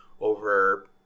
over